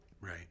right